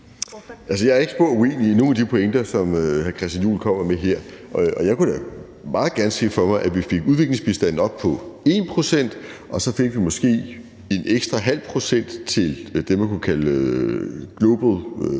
Jeg er ikke spor uenig i nogen af de pointer, som hr. Christian Juhl kommer med her. Jeg kunne da meget godt se for mig, at vi fik udviklingsbistanden op på 1 pct. og så måske fik 0,5 pct. ekstra til det, man kunne kalde global